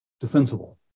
defensible